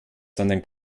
sondern